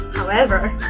however,